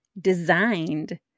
designed